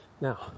Now